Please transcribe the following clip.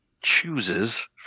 chooses